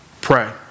pray